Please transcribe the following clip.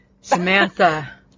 Samantha